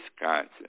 Wisconsin